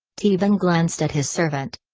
teabing glanced at his servant.